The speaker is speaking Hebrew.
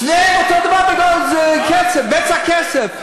שניהם אותו דבר: כסף, בצע כסף.